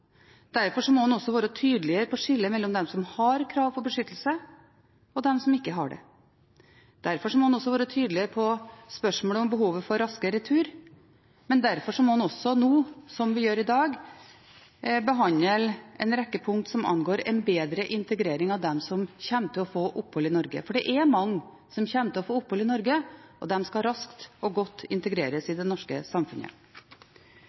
må man også være tydelig på å skille mellom dem som har krav på beskyttelse, og dem som ikke har det. Derfor må man også være tydeligere i spørsmålet om behovet for raskere retur. Derfor må man også, som vi gjør i dag, behandle en rekke punkter som angår en bedre integrering av dem som kommer til å få opphold i Norge, for det er mange som kommer til å få opphold i Norge, og de skal raskt og godt integreres i det norske samfunnet.